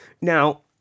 Now